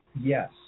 Yes